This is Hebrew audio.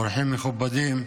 אורחים מכובדים,